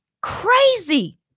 crazy